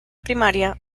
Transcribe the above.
primaria